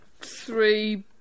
three